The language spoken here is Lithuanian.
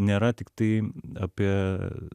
nėra tiktai apie